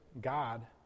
God